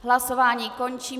Hlasování končím.